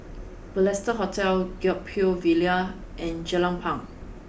Balestier Hotel Gek Poh Ville and Jelapang